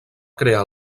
crear